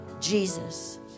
Jesus